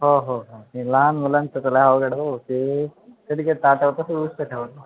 हो हो हो आणि लहान मुलांचं